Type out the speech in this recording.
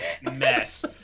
mess